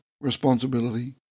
responsibility